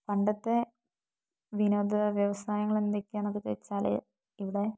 പണ്ടത്തെ വിനോദ വ്യവസായങ്ങൾ എന്തൊക്കെയാണെന്നൊക്കെ ചോദിച്ചാൽ ഇവിടെ